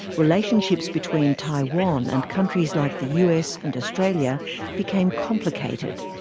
relationships between taiwan and countries like the us and australia became complicated.